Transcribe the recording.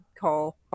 call